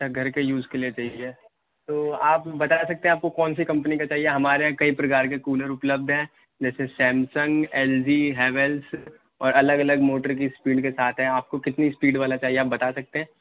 گھر کے یوز کے لیے چاہیے تو آپ بتا سکتے ہیں آپ کو کونسی کمپنی کا چاہیے ہمارے یہاں کئی پرکار کے کولر اپلبدھ ہیں جیسے سیمسنگ ایل جی ہیولس اور الگ الگ موٹر کی اسپیڈ کے ساتھ ہیں آپ کو کتنی اسپیڈ والا چاہیے آپ بتا سکتے ہیں